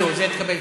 זהו, זה התקבל.